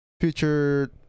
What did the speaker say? future